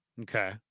Okay